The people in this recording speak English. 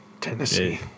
Tennessee